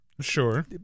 Sure